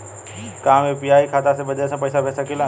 का हम यू.पी.आई खाता से विदेश म पईसा भेज सकिला?